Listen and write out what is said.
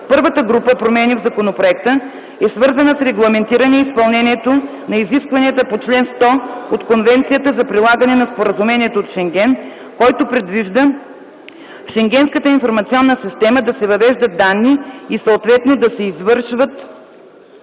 първата група промени в законопроекта е свързана с регламентиране изпълнението на изискванията по чл. 100 от конвенцията за прилагане на Споразумението от Шенген, който предвижда в Шенгенската информационна система да се въвеждат данни и съответно да се извършват